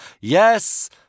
Yes